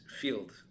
field